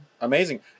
Amazing